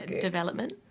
development